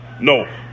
No